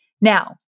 Now